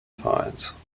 vereins